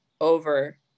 over